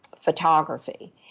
photography